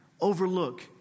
overlook